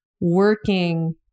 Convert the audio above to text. working